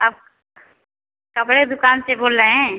आप कपड़े के दुकान से बोल रहे हैं